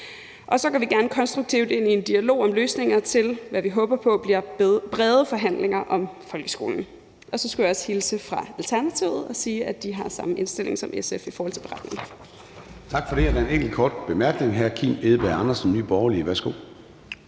går gerne konstruktivt ind i en dialog om løsningerne og ind i det, vi håber på bliver brede forhandlinger om folkeskolen. Så skulle jeg også hilse fra Alternativet og sige, at de har samme indstilling som SF i forhold til beretningen. Kl. 14:18 Formanden (Søren Gade): Tak for det. Der er en enkelt kort bemærkning fra hr. Kim Edberg Andersen, Nye Borgerlige. Værsgo.